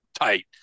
tight